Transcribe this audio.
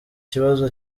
kibazo